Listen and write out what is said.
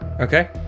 Okay